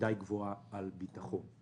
די גבוהה על ביטחון.